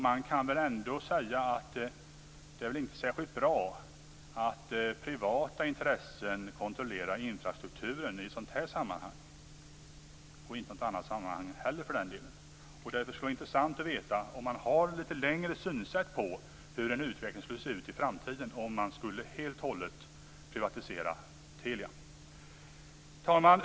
Man kan säga att det inte är särskilt bra att privata intressen kontrollerar infrastrukturen i ett sådant här sammanhang - och inte i något annat sammanhang heller för den delen. Det skulle därför vara intressant att veta om man har ett längre perspektiv i fråga om hur en utveckling ser ut i framtiden om man skulle privatisera Telia helt och hållet. Herr talman!